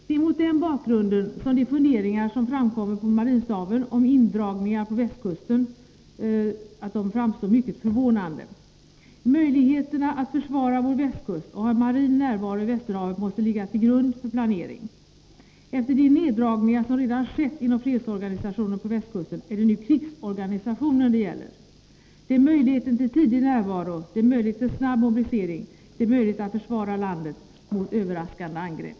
Det är mot den bakgrunden som de funderingar som framkommer på marinstaben om indragningar på västkusten framstår som mycket förvånande. Möjligheterna att försvara vår västkust och ha en marin närvaro i Västerhavet måste ligga till grund för planeringen. Efter de neddragningar som redan har skett inom fredsorganisationen på västkusten är det nu krigsorganisationen det gäller. Det är möjligheten till tidig närvaro, det är möjlighet till snabb mobilisering, det är möjlighet att försvara landet mot överraskande angrepp.